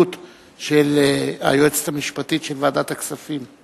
של היועצת המשפטית של ועדת הכספים.